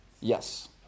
Yes